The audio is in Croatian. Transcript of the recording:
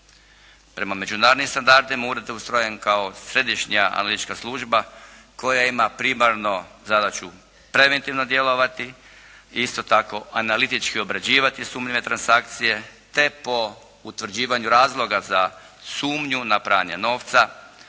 Prema međunarodnim standardima ured je ustrojen kao središnja analitička služba koja ima primarno zadaću preventivno djelovati i isto tako analitički obrađivati sumnjive transakcije te po utvrđivanju razloga za sumnju na pranje novca